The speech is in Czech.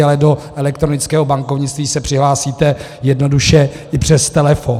Ale do elektronického bankovnictví se přihlásíte jednoduše i přes telefon.